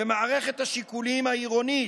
במערכת השיקולים העירונית.